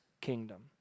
kingdom